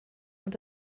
ond